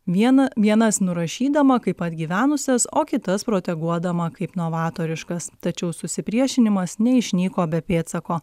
viena vienas nurašydama kaip atgyvenusias o kitas proteguodama kaip novatoriškas tačiau susipriešinimas neišnyko be pėdsako